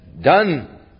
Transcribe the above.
done